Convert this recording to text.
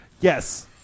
Yes